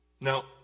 Now